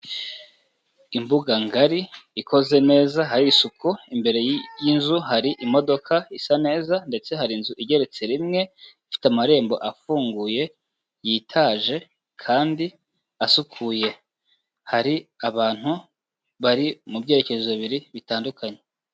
Imbuga ngari ikoze neza hari isuku, imbere y'inzu hari imodoka isa neza, ndetse hari inzu igeretse rimwe, ifite amarembo afunguye yitaje kandi asukuye. Hari abantu bari mu byerekezo bibiri bitandukanye.